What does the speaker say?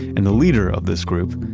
and the leader of this group,